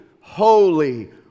holy